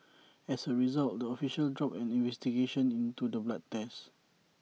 as A result the official dropped an investigation into the blood test